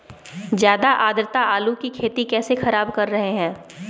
ज्यादा आद्रता आलू की खेती कैसे खराब कर रहे हैं?